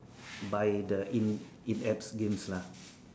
by the in in apps games lah